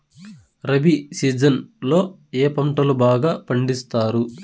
rabi season లో ఏ పంటలు బాగా పండిస్తారు